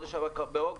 באוגוסט.